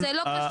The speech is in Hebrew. אז זה לא קשור.